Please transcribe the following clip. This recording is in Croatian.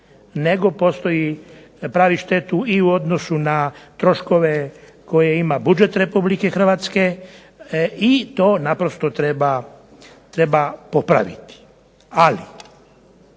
nego pravi štetu i u odnosu na troškove koje ima budžet Republike Hrvatske i to naprosto treba popraviti. Ali